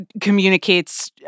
communicates